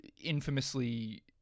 infamously